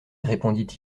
répondit